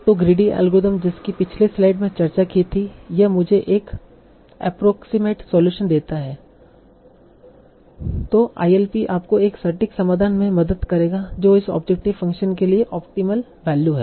तो greedy algorithm जिसकी पिछली स्लाइड में चर्चा की थी यह मुझे एक अप्प्रोक्सीमेट सलूशन देता है तो ILP आपको एक सटीक समाधान में मदद करेगा जो इस ऑब्जेक्टिव फ़ंक्शन के लिए ऑप्टीमल वैल्यू है